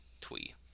Twee